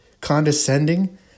condescending